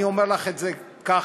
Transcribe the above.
אני אומר לך את זה ככה,